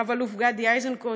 רב-אלוף גדי איזנקוט,